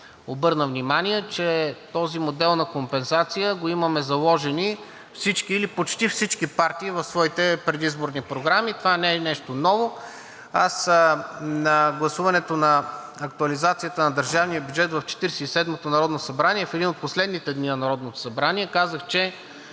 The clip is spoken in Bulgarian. обърна внимание, че този модел на компенсация го имаме заложен от всички или почти всички партии в своите предизборни програми. Това не е нещо ново. Аз на гласуването на актуализацията на държавния бюджет в Четиридесет и седмото народно събрание, в един от последните дни на Народното събрание, казах, че